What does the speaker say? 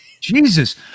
Jesus